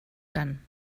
dann